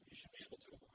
able to